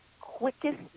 quickest